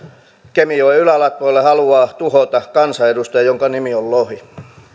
kemijoen ylälatvoille haluaa tuhota kansanedustaja jonka nimi on lohi